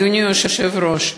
אדוני היושב-ראש,